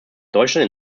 deutschland